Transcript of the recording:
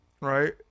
Right